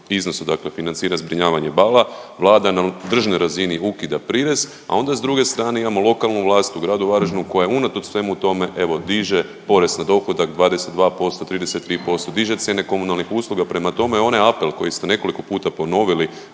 iznosu, dakle financira zbrinjavanje bala. Vlada na državnoj razini ukida prirez, a onda s druge strane imamo lokalnu vlast u gradu Varaždinu koja unatoč svemu tome, evo diže porez na dohodak 22%, 33%, diže cijene komunalnih usluga. Prema tome, onaj apel kojeg ste nekoliko puta ponovili